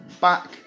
back